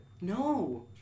No